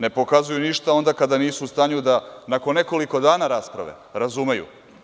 Ne pokazuju ništa onda kada nisu u stanju da nakon nekoliko dana rasprave razumeju.